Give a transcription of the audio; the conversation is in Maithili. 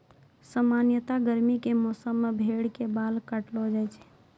सामान्यतया गर्मी के मौसम मॅ भेड़ के बाल काटलो जाय छै